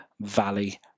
Valley